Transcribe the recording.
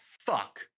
fuck